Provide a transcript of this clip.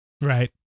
Right